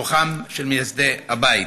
רוחם של מייסדי הבית.